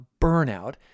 burnout